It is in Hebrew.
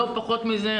לא פחות מזה.